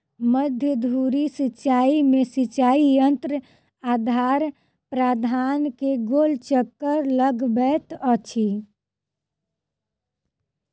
मध्य धुरी सिचाई में सिचाई यंत्र आधार प्राधार के गोल चक्कर लगबैत अछि